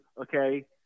okay